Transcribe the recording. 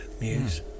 Muse